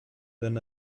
than